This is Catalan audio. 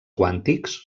quàntics